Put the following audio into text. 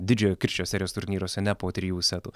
didžiojo kirčio serijos turnyruose ne po trijų setų